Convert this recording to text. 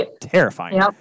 terrifying